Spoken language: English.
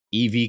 EV